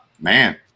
Man